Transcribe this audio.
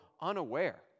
unaware